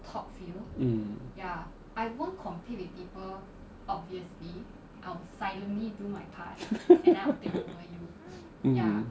mm mm